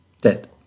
dead